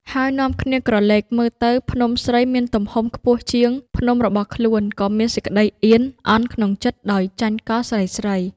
ហើយនាំគ្នាក្រឡកមើលទៅភ្នំស្រីមានទំហំខ្ពស់ជាងភ្នំរបស់ខ្លួន ក៏មានសេចក្តីអៀន អន់ក្នុងចិត្តដោយចាញ់កលស្រីៗ។